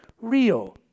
real